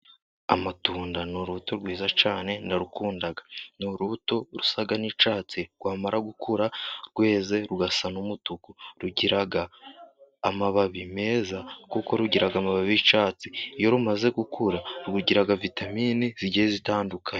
Amatunda ni uruto rwiza cyane ndarukunda ni urubuto rusa n'icyatsi rwamara gukura rweze rugasa n'umutuku, rugira amababi meza kuko rugira amababi y'icyatsi iyo rumaze gukura rugira vitamine zigiye zitandukanye.